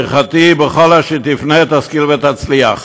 ברכתי: בכל אשר תפנה, תשכיל ותצליח.